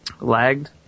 lagged